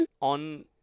On